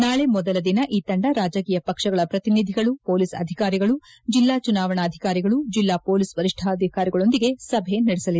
ನಾಳೆ ಮೊದಲ ದಿನ ಈ ತಂಡ ರಾಜಕೀಯ ಪಕ್ಷಗಳ ಪ್ರತಿನಿಧಿಗಳು ಪೊಲೀಸ್ ಅಧಿಕಾರಿಗಳು ಜಿಲ್ಲಾ ಚುನಾವಣಾಧಿಕಾರಿಗಳು ಜಿಲ್ಲಾ ಪೊಲೀಸ್ ವರಿಷ್ಠಾಧಿಕಾರಿಗಳೊಂದಿಗೆ ಸಭೆ ನಡೆಸಲಿದೆ